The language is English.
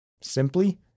Simply